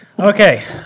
Okay